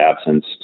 absence